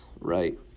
right